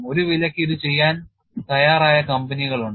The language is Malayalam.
ഒരു വിലയ്ക്ക് ഇത് ചെയ്യാൻ തയ്യാറായ കമ്പനികളുണ്ട്